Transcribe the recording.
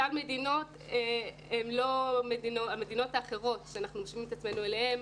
המדינות האחרות אליהן אנחנו משווים את עצמנו,